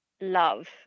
love